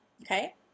okay